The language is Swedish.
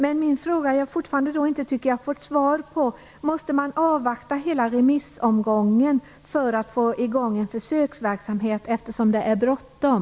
Men jag tycker fortfarande att jag inte har fått svar på min fråga. Måste man avvakta hela remissomgången för att få i gång en försöksverksamhet? Det är bråttom.